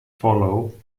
follow